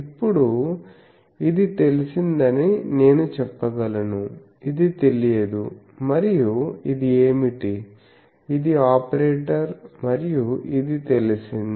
ఇప్పుడు ఇది తెలిసిందని నేను చెప్పగలను ఇది తెలియదు మరియు ఇది ఏమిటి ఇది ఆపరేటర్ మరియు ఇది తెలిసింది